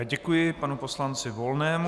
Děkuji panu poslanci Volnému.